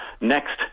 next